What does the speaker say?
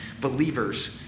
Believers